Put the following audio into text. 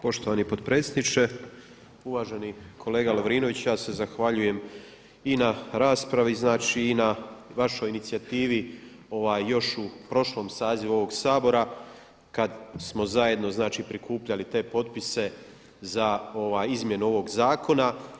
Poštovani potpredsjedniče, uvaženi kolega Lovrinović, ja se zahvaljujem i na raspravi, znači i na vašoj inicijativi još u prošlom sazivu ovog Sabora kad smo zajedno, znači prikupljali te potpise za izmjenu ovog zakona.